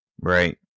Right